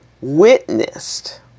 witnessed